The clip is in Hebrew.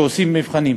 שעושים מבחנים.